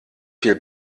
viel